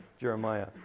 Jeremiah